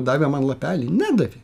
davė man lapelį nedavė